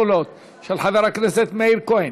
אני מוסיף את הקולות של חבר הכנסת מאיר כהן,